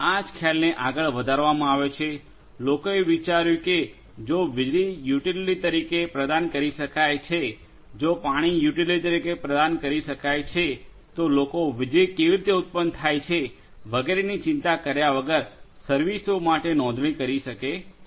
આ જ ખ્યાલને આગળ વધારવામાં આવ્યો લોકોએ વિચાર્યું કે જો વીજળી યુટિલિટી તરીકે પ્રદાન કરી શકાય છે જો પાણી યુટિલિટી તરીકે પ્રદાન કરી શકાય છે તો લોકો વીજળી કેવી રીતે ઉત્પન્ન થાય છે વગેરેની ચિંતા કર્યા વગર સર્વિસો માટે નોંધણી કરી શકે છે